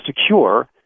secure